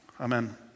Amen